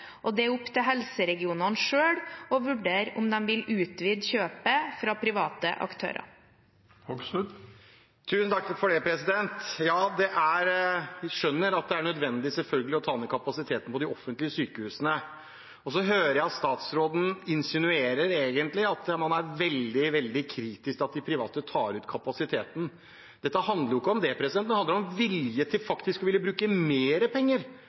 og det er opp til helseregionene selv å vurdere om de vil utvide kjøpene fra private aktører. Vi skjønner at det selvfølgelig er nødvendig å ta ned kapasiteten på de offentlige sykehusene. Jeg hører at statsråden egentlig insinuerer at man er veldig kritisk til at de private tar ut kapasiteten. Det handler ikke om det, men om vilje til faktisk å bruke mer penger på helsevesenet. Det handler ikke om å ta bort kapasitet fra de offentlige sykehusene, men om vilje til å bruke mer penger